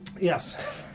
Yes